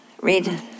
Read